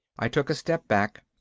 i took a step back.